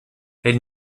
elle